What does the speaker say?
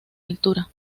altura